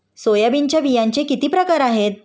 सोयाबीनच्या बियांचे किती प्रकार आहेत?